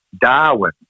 Darwin